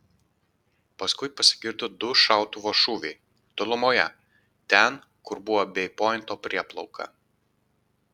paskui pasigirdo du šautuvo šūviai tolumoje ten kur buvo bei pointo prieplauka